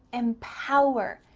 empower,